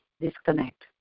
disconnect